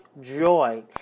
joy